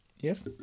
Yes